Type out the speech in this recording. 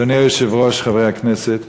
אדוני היושב-ראש, חברי הכנסת,